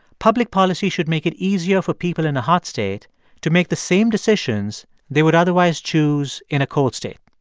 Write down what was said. public policy should make it easier for people in a hot state to make the same decisions they would otherwise choose in a cold state.